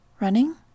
Running